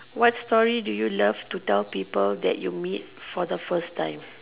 what story do you love to tell people that you meet for the first time